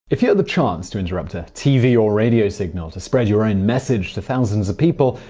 if you had the chance to interrupt a tv or radio signal to spread your own message to thousands of people,